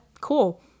Cool